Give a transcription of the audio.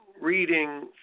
reading